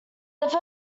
first